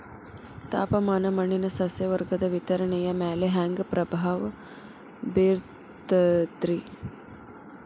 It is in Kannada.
ತಾಪಮಾನ ಮಣ್ಣಿನ ಸಸ್ಯವರ್ಗದ ವಿತರಣೆಯ ಮ್ಯಾಲ ಹ್ಯಾಂಗ ಪ್ರಭಾವ ಬೇರ್ತದ್ರಿ?